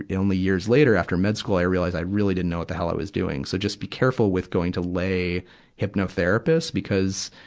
only years later after med school, i realized i really didn't know what the hell i was doing. so just be careful with going to lay hypnotherapists because,